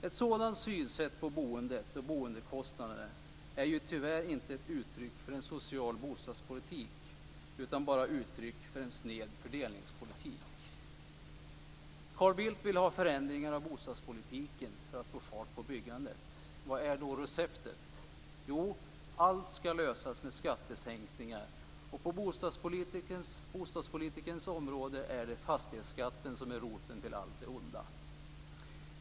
Ett sådant sätt att se på boendet och boendekostnaderna är tyvärr inte ett uttryck för en social bostadspolitik utan bara uttryck för en sned fördelningspolitik. Carl Bildt vill ha förändringar av bostadspolitiken för att få fart på byggandet. Vilket är då receptet? Jo, allt skall lösas med skattesänkningar, och på bostadspolitikens område är det fastighetsskatten som är roten till allt det onda.